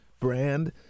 Brand